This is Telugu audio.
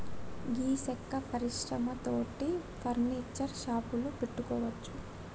గీ సెక్క పరిశ్రమ తోటి ఫర్నీచర్ షాపులు పెట్టుకోవచ్చు